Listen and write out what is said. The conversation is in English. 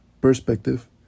perspective